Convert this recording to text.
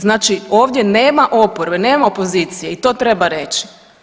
Znači ovdje nema oporbe, nema opozicije i to treba reći.